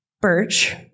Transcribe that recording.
Birch